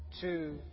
two